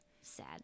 sad